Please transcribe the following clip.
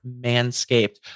manscaped